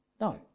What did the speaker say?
No